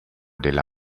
della